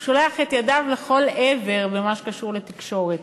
הוא שולח את ידיו לכל עבר במה שקשור לתקשורת.